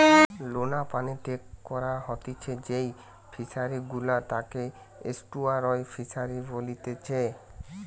লোনা পানিতে করা হতিছে যেই ফিশারি গুলা তাকে এস্টুয়ারই ফিসারী বলেতিচ্ছে